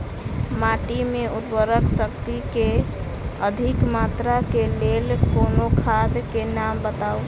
माटि मे उर्वरक शक्ति केँ अधिक मात्रा केँ लेल कोनो खाद केँ नाम बताऊ?